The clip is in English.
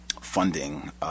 funding